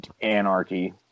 anarchy